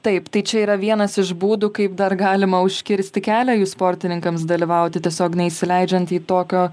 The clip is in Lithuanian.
taip tai čia yra vienas iš būdų kaip dar galima užkirsti kelią jų sportininkams dalyvauti tiesiog neįsileidžiant į tokio